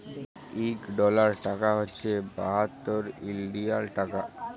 ইক ডলার টাকা হছে বাহাত্তর ইলডিয়াল টাকা